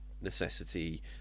Necessity